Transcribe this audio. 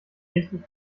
richtig